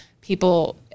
people